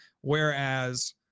whereas